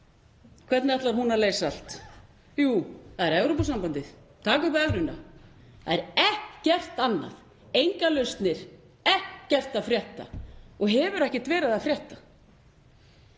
Hvernig ætlar hún að leysa allt? Jú, það er Evrópusambandið, taka upp evruna. Það er ekkert annað, engar lausnir, ekkert að frétta og hefur ekkert verið að frétta.